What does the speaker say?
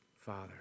Father